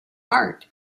heart